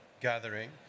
gathering